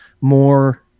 more